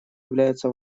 является